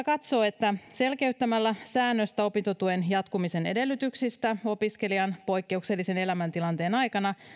katsoo että selkeyttämällä säännöstä opintotuen jatkumisen edellytyksistä opiskelijan poikkeuksellisen elämäntilanteen aikana